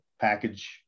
package